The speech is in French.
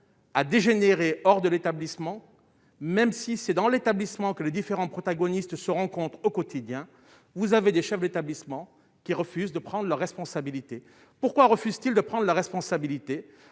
a dégénéré hors de l'établissement, même si c'est dans l'établissement que les différents protagonistes se rencontrent au quotidien, vous avez des chefs d'établissement qui refusent de prendre leurs responsabilités, pourquoi refuse-t-il de prendre la responsabilité